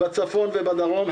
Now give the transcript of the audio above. בצפון ובדרום,